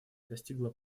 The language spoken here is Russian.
достигла